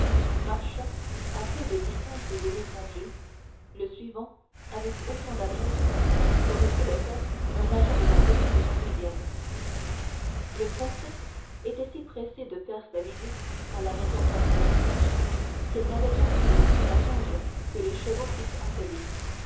marcha à peu de distance de l'étranger le suivant avec autant d'adresse qu'aurait pu le faire un agent de la police parisienne le français était si pressé de faire sa visite à la maison thomson et french qu'il n'avait pas pris le temps d'attendre que les chevaux fussent attelés